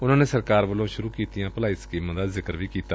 ਉਨੂਾ ਨੇ ਸਰਕਾਰ ਵੱਲੋਂ ਸ਼ੁਰੂ ਕੀਤੀਆਂ ਭਲਾਈ ਸਕੀਮਾਂ ਦਾ ਜ਼ਿਕਰ ਵੀ ਕੀਤਾ